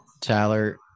Tyler